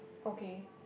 okay